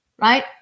right